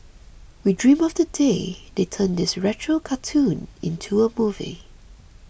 we dream of the day they turn this retro cartoon into a movie